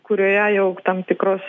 kurioje jau tam tikros